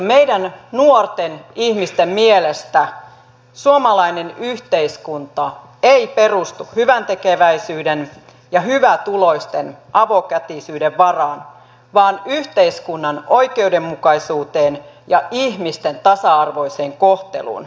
meidän nuorten ihmisten mielestä suomalainen yhteiskunta ei perustu hyväntekeväisyyden ja hyvätuloisten avokätisyyden varaan vaan yhteiskunnan oikeudenmukaisuuteen ja ihmisten tasa arvoiseen kohteluun